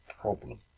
problem